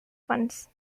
funds